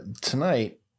tonight